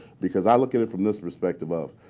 because i look at it from this perspective of,